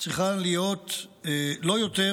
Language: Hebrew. צריכה להיות לא יותר